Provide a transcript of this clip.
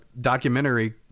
documentary